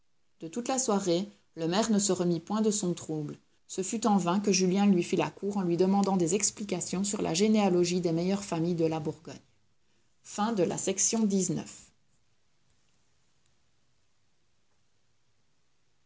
de toute la soirée le maire ne se remit point de son trouble ce fut en vain que julien lui fit la cour en lui demandant des explications sur la généalogie des meilleures familles de la bourgogne